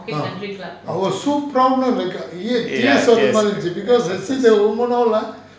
ah yes